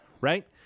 Right